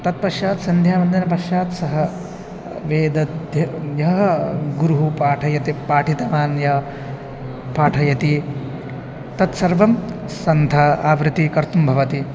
तत्पश्चात् सन्ध्यावन्दनपश्चात् सः वेदध्यः गुरुः पाठयति पाठितवान् यः पाठयति तत्सर्वं सन्धा आवृत्ति कर्तुं भवति